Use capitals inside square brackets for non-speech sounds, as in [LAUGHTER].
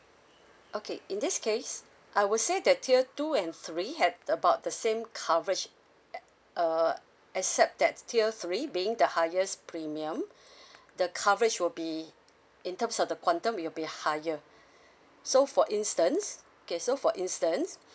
okay in this case I would say that tier two and three have about the same coverage uh err except that tier three being the highest premium [BREATH] the coverage will be in terms of the quantum it'll be higher [BREATH] so for instance okay so for instance